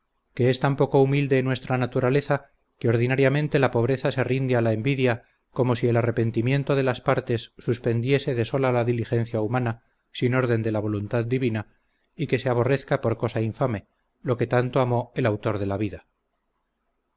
que es tan poco humilde nuestra naturaleza que ordinariamente la pobreza se rinde a la envidia como si el arrepentimiento de las partes suspendiese de sola la diligencia humana sin orden de la voluntad divina y que se aborrezca por cosa infame lo que tanto amó el autor de la vida